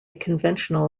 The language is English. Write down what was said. conventional